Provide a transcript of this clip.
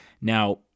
Now